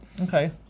Okay